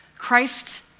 Christ